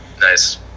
Nice